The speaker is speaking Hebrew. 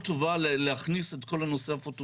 זו דרך מאוד טובה להכניס את כל הנושא הפוטו-וולטאי